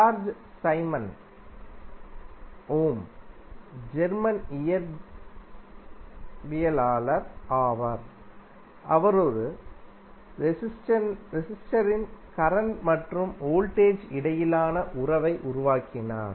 George Simon Ohm German இயற்பியலாளர் ஆவார் அவர் ஒரு ரெசிஸ்டரின் கரண்ட் மற்றும் வோல்டேஜ் இடையிலான உறவை உருவாக்கினார்